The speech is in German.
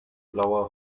blauer